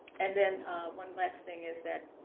and then one last thing is that,